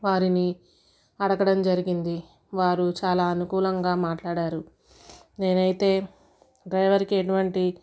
వారిని అడగడం జరిగింది వారు చాలా అనుకూలంగా మాట్లాడారు నేనైతే డ్రైవర్కి ఎటువంటి